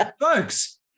Folks